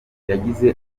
yagize